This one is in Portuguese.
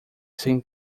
sem